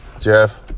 Jeff